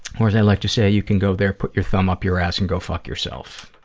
or, as i like to say, you can go there, put your thumb up your ass and go fuck yourself,